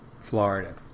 Florida